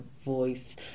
voice